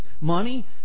Money